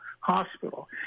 hospital